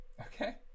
Okay